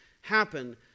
happen